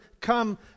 come